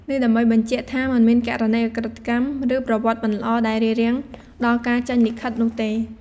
នេះដើម្បីបញ្ជាក់ថាមិនមានករណីឧក្រិដ្ឋកម្ម ឬប្រវត្តិមិនល្អដែលរារាំងដល់ការចេញលិខិតនោះទេ។